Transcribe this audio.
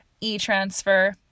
e-transfer